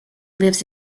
lives